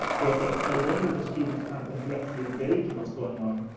wrote that, it's no wonder that students can't intellectually engage in what's going on,